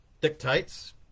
dictates